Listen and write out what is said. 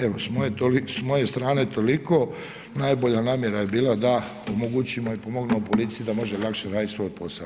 Evo s moje strane toliko, najbolja namjera je bila da omogućimo i pomognemo policiji da može lakše raditi svoj posao.